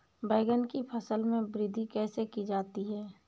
बैंगन की फसल में वृद्धि कैसे की जाती है?